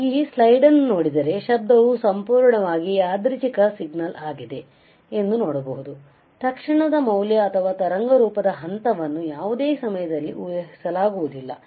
ಈ ಸ್ಲೈಡ್ ಅನ್ನು ನೋಡಿದರೆ ಶಬ್ದವು ಸಂಪೂರ್ಣವಾಗಿ ಯಾದೃಚ್ಛಿಕ ಸಿಗ್ನಲ್ ಆಗಿದೆ ಎಂದು ನೋಡಬಹುದು ತಕ್ಷಣದ ಮೌಲ್ಯ ಅಥವಾ ತರಂಗರೂಪದ ಹಂತವನ್ನು ಯಾವುದೇ ಸಮಯದಲ್ಲಿ ಊಹಿಸಲಾಗುವುದಿಲ್ಲ